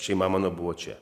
šeima mano buvo čia